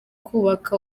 kubaka